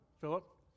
Philip